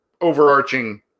overarching